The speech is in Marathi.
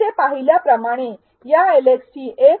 येथे पाहिल्या प्रमाणे या एलएक्सटी १